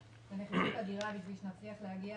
התאמצות אדירה בשביל שנצליח להגיע